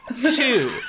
two